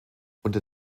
unter